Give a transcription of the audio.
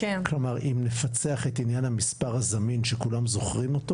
כלומר אם נפצח את עניין המספר הזמין שכולם זוכרים אותו